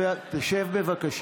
שב, בבקשה.